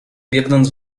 biegnąc